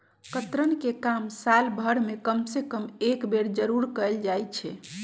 कतरन के काम साल भर में कम से कम एक बेर जरूर कयल जाई छै